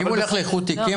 אם הוא ילך לאיחוד תיקים,